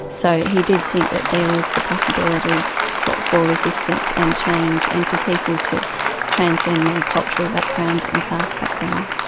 so he did think that there was the possibility for for resistance and change and for people to transcend their cultural background and class background.